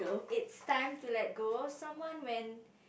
it's time to let go someone when